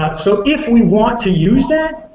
um so if we want to use that,